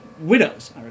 widows